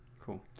Cool